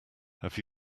have